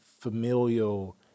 familial